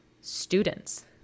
students